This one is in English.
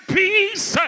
peace